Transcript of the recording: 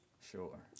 Sure